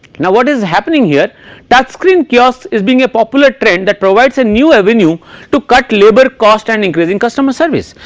now what is happening here touch screen kiosks is being a popular trend that provides a new avenue to cut labor cost and increasing customer service,